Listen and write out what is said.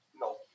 no